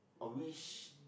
which